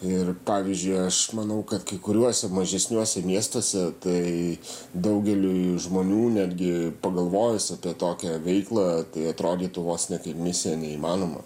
ir pavyzdžiui aš manau kad kai kuriuose mažesniuose miestuose tai daugeliui žmonių netgi pagalvojus apie tokią veiklą tai atrodytų vos ne kaip misija neįmanoma